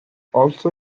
also